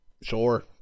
Sure